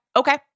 okay